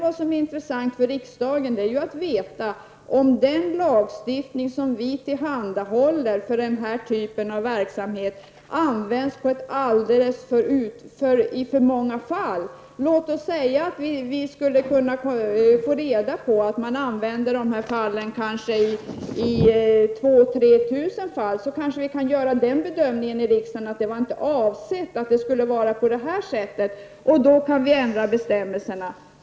Vad som är intressant för riksdagen är att veta om den lagstiftning som tillhandahålls för denna typ av verksamhet används i alldeles för många fall. Låt oss säga att vi skulle kunna få reda på att man använder lagstiftningen i 2 000--3 000 fall. Då kanske vi skulle göra den bedömningen i riksdagen att det inte var avsett att det skulle vara på det sättet, och då kan vi ändra bestämmelserna.